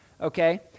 Okay